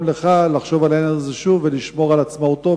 לך לחשוב על העניין הזה שוב ולשמור על עצמאותו,